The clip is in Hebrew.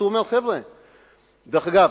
דרך אגב,